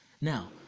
Now